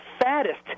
fattest